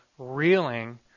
reeling